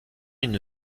une